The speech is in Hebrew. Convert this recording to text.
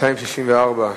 שאילתא 274,